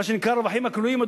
מה שנקרא "הרווחים הכלואים",